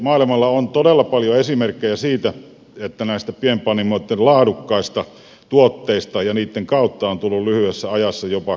maailmalla on todella paljon esimerkkejä siitä että näistä pienpanimoitten laadukkaista tuotteista ja niiden kautta on tullut lyhyessä ajassa jopa globaaleja esimerkkejä